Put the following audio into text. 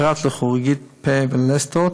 פרט לכירורגית פה ולסתות,